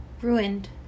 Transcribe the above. ruined